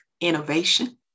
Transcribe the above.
innovation